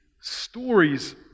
stories